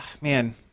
man